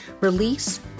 release